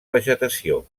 vegetació